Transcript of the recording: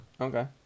okay